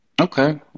Okay